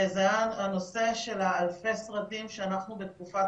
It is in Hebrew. זה היה הנושא של אלפי הסרטים שאנחנו בתקופת